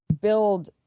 build